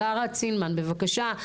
לרה צינמן בבקשה.